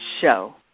show